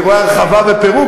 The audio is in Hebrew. אני רואה הרחבה ופירוק,